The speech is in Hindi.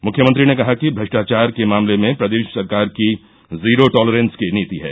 मुख्यमंत्री ने कहा कि भ्रष्टाचार के मामले में प्रदेश सरकार की जीरो टॉलरेंस की नीति है